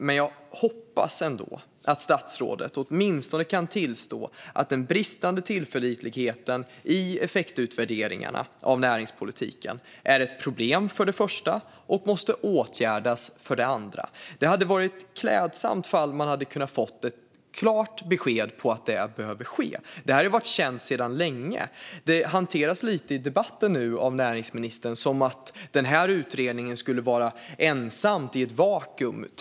Men jag hoppas att statsrådet åtminstone kan tillstå att den bristande tillförlitligheten i effektutvärderingarna av näringspolitiken för det första är ett problem och för det andra måste åtgärdas. Det hade varit klädsamt ifall man hade kunnat få ett klart besked om att det behöver ske. Detta är känt sedan länge. Det hanteras nu i debatten av näringsministern lite som att denna utredning skulle vara i ett vakuum.